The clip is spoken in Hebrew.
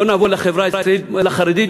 נבוא לחברה החרדית,